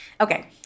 Okay